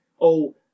oh-